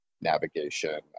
navigation